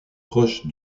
proche